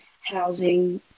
housing